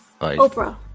Oprah